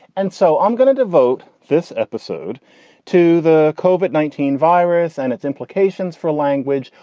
and so i'm going to devote this episode to the cove at nineteen virus and its implications for language,